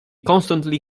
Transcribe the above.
constantly